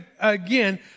again